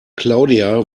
claudia